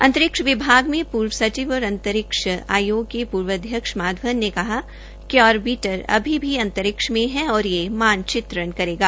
अंतरिक्ष विभाग में पूर्व सचिव और अंतरिक्ष आयोग के पूर्व अध्यक्ष माधवन ने कहा कि आर्बिटर अभी भी अंतरिक्ष में है और यह मानचित्रण करेगा